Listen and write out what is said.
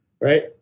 right